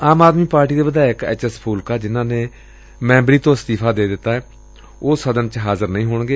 ਆਮ Aadmi party ਦੇ ਵਿਧਾਇਕ H S Phoolka ਜਿਨ੍ਨਾਂ ਨੇ ਮੈਂਬਰੀ ਤੋਂ ਅਸਤੀਫ਼ਾ ਦੇ ਦਿੱਤੈ ਉਹ ਸਦਨ ਚ ਹਾਜ਼ਰ ਨਹੀ ਹੋਣਗੇ